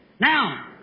Now